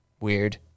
weird